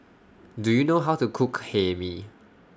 Do YOU know How to Cook Hae Mee